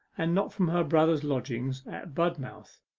and not from her brother's lodgings at budmouth,